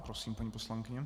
Prosím, paní poslankyně.